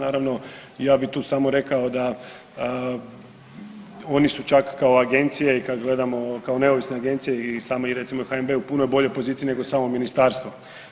Naravno ja bi tu samo rekao da oni su čak kao agencija i kad gledamo kao neovisna agencija i sami i recimo HNB u puno boljoj poziciji nego samo ministarstvo.